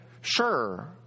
sure